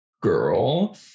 girl